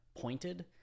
pointed